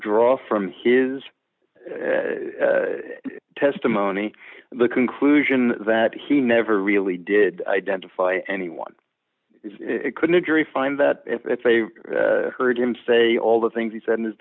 draw from his testimony the conclusion that he never really did identify anyone it couldn't agree find that if they heard him say all the things he said i